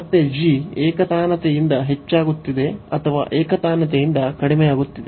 ಮತ್ತೆ g ಏಕತಾನತೆಯಿಂದ ಹೆಚ್ಚಾಗುತ್ತಿದೆ ಅಥವಾ ಏಕತಾನತೆಯಿಂದ ಕಡಿಮೆಯಾಗುತ್ತಿದೆ